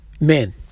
men